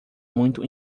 muito